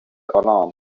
alarm